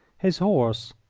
his horse,